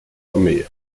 armee